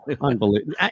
Unbelievable